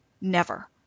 never